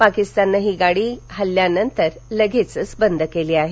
पाकिस्ताननं ही गाडी हल्ल्यानंतर लगेचच बंद केली आहे